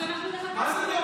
ההצעה להעביר את הנושא